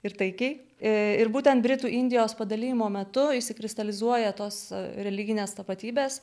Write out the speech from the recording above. ir taikiai ir būtent britų indijos padalijimo metu išsikristalizuoja tos religinės tapatybės